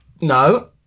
no